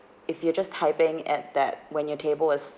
if you're just typing at that when your table is